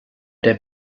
der